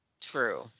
true